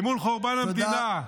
מול חורבן המדינה,